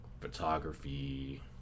Photography